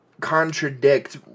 contradict